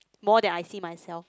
more than I see myself